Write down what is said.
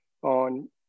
on